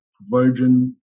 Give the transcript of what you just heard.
virgin